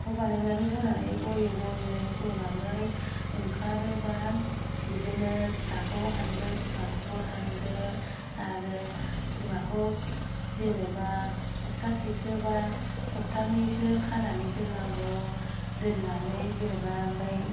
ख' बानायनानै होनानै ग'यै ग'यै ग'नानै ओंखारोब्ला बिदिनो फिसाखौ हानदो बिमाखौबो हानदो आरो बिमाखौ जेनेबा सब्थासेसो बा सब्थानैसो खानानै दोननांगौ दोननानै जेनेबा ओमफ्राय